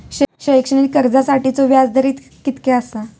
शैक्षणिक कर्जासाठीचो व्याज दर कितक्या आसा?